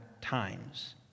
times